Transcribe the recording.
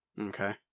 Okay